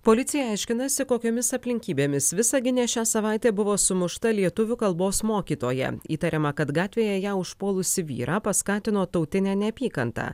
policija aiškinasi kokiomis aplinkybėmis visagine šią savaitę buvo sumušta lietuvių kalbos mokytoja įtariama kad gatvėje ją užpuolusį vyrą paskatino tautinė neapykanta